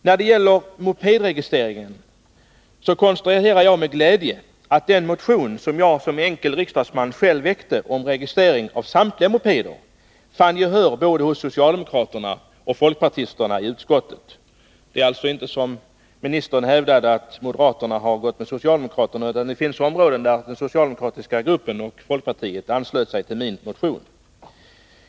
När det gäller frågan om mopedregistreringen konstaterar jag med glädje att den motion som jag som enskild riksdagsman väckte om registrering av samtliga mopeder vann gehör både hos socialdemokraterna och hos folkpartisterna i utskottet. Det är alltså inte som statsrådet hävdade så, att moderaterna har gått med socialdemokraterna, utan det finns områden där de socialdemokratiska och folkpartistiska grupperna anslöt sig till min motion.